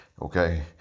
Okay